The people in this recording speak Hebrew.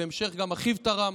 בהמשך גם אחיו תרם,